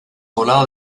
volado